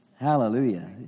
Hallelujah